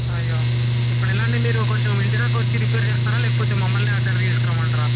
అయ్యో ఇప్పుడు ఎలా అండి మీరు కొంచెం ఇంటి దాకా వచ్చి రిపేర్ చేస్తారా లేకపోతే మమ్మల్ని అక్కడికి తీసుకురమ్మంటారా